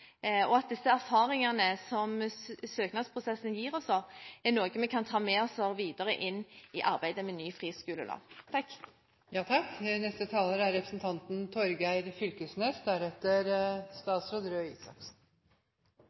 og at disse erfaringene som søknadsprosessen gir oss, er noe vi kan ta med oss videre inn i arbeidet med ny friskolelov.